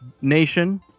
nation